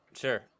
sure